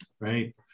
right